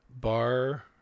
bar